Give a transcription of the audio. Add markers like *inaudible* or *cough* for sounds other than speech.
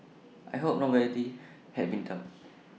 I hope nobody had been duped *noise*